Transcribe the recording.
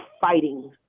fighting